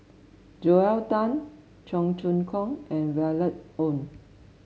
Joel Tan Cheong Choong Kong and Violet Oon